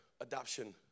adoption